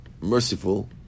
merciful